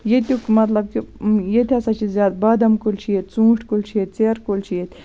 ییٚتیُک مطلب کہِ ییٚتہِ ہسا چھِ زیادٕ بادَام کُلۍ چھِ ییٚتہِ ژوٗنٹھۍ کُلۍ چھِ ییٚتہِ ژیرٕ کُلۍ چھِ ییٚتہِ